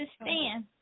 understand